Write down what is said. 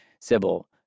Sybil